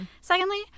Secondly